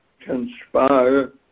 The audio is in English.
conspire